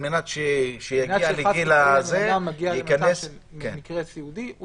למקרה שחלילה אדם יהיה במקרה סיעודי - הוא